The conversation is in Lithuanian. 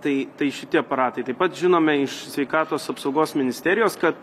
tai tai šitie aparatai taip pat žinome iš sveikatos apsaugos ministerijos kad